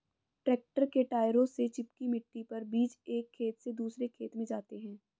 tractor के टायरों से चिपकी मिट्टी पर बीज एक खेत से दूसरे खेत में जाते है